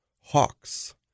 Hawks